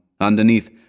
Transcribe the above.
Underneath